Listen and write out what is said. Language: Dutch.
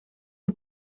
een